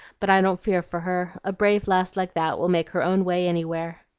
but i don't fear for her a brave lass like that will make her own way anywhere.